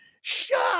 shut